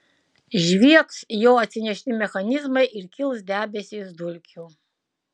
žviegs jo atsinešti mechanizmai ir kils debesys dulkių